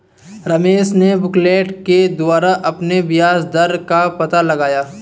रमेश ने बुकलेट के द्वारा अपने ब्याज दर का पता लगाया